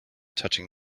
touching